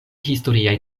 historiaj